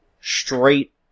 Straight